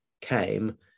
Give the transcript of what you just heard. came